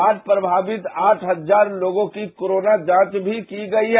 बाढ़ प्रचावित आठ हजार लोगों की कोरोना जांच मी की गदी है